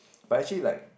but actually like